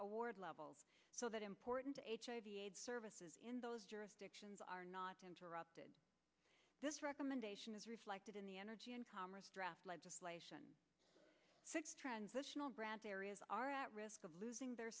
award levels so that important hiv aids services in those jurisdictions are not interrupted this recommendation is reflected in the energy and commerce draft legislation six transitional branch areas are at risk of losing their